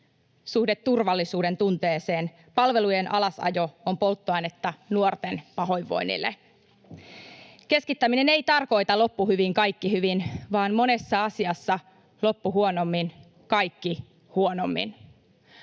suhde turvallisuudentunteeseen. Palvelujen alasajo on polttoainetta nuorten pahoinvoinnille. Keskittäminen ei tarkoita ”loppu hyvin, kaikki hyvin”, vaan monessa asiassa ”loppu huonommin, kaikki huonommin”.